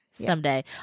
someday